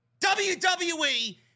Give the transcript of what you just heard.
WWE